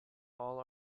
all